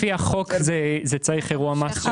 לפי החוק זה יוצר אירוע מס,